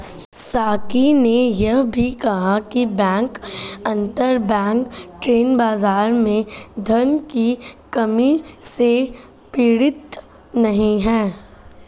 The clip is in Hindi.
साकी ने यह भी कहा कि बैंक अंतरबैंक ऋण बाजार में धन की कमी से पीड़ित नहीं हैं